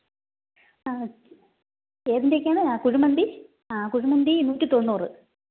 ഏതിൻ്റെയൊക്കെയാണ് ആ കുഴിമന്തി ആ കുഴിമന്തി നൂറ്റിത്തൊണ്ണൂറ്